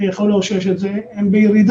יכול לאושש את זה הם בירידה